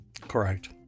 Correct